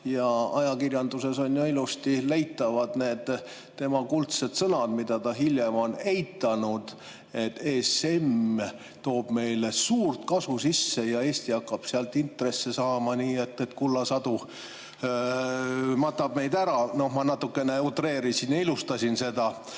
Ajakirjanduses on ju ilusti leitavad need tema kuldsed sõnad, mida ta hiljem on eitanud, et ESM toob meile suurt kasu ja Eesti hakkab sealt intresse saama nii, et kullasadu matab meid ära – noh, ma natukene utreerisin ja ilustasin seda.